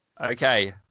Okay